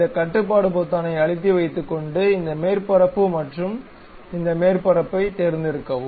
இந்த கட்டுப்பாடு பொத்தானை அழுத்தி வைத்து கொண்டு இந்த மேற்பரப்பு மற்றும் இந்த மேற்பரப்பு தேர்ந்தெடுக்கவும்